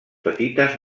petites